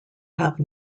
have